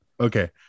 Okay